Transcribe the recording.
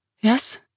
Yes